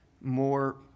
more